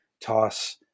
toss